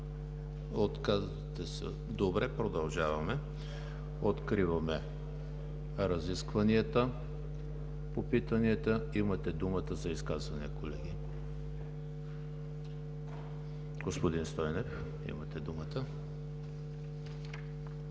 Отказвате се. Откривам разискванията по питанията. Имате думата за изказвания, колеги. Господин Стойнев, имате думата.